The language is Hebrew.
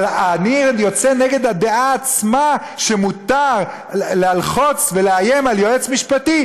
אבל אני יוצא נגד הדעה עצמה שמותר ללחוץ ולאיים על יועץ משפטי,